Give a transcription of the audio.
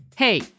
Hey